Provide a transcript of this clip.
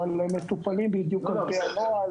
אבל הם מטופלים בדיוק על פי הנוהל,